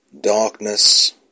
darkness